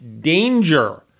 danger